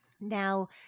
Now